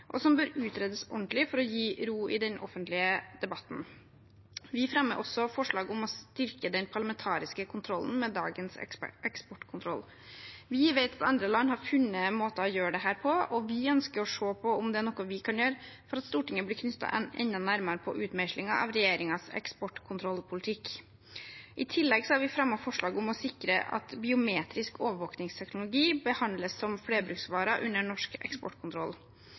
og som bør utredes ordentlig for å gi ro i den offentlige debatten. Vi fremmer også forslag om å styrke den parlamentariske kontrollen med dagens eksportkontroll. Vi vet at andre land har funnet måter å gjøre dette på, og vi ønsker å se på om det er noe vi kan gjøre for at Stortinget blir knyttet enda nærmere i utmeislingen av regjeringens eksportkontrollpolitikk. I tillegg har vi fremmet forslag for å sikre at biometrisk overvåkningsteknologi behandles som flerbruksvarer under norsk eksportkontroll.